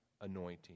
anointing